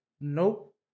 Nope